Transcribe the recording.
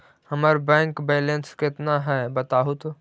हमर bank balance केतना है बताहु तो?